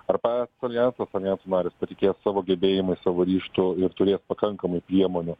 arba aljansas aljanso narės patikės savo gebėjimais savo ryžtu ir turės pakankamai priemonių